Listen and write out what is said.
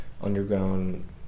underground